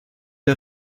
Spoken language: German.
der